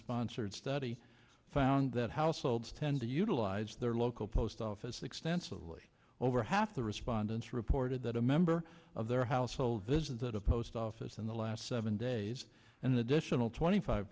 sponsored study found that households tend to utilize their low post office extensively over half the respondents reported that a member of their household visited a post office in the last seven days and additional twenty five